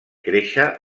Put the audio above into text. créixer